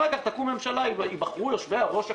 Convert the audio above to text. אחר כך תקום ממשלה, ייבחרו יושבי-הראש הקבועים.